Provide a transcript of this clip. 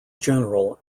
general